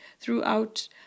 throughout